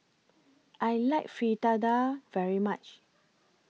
I like Fritada very much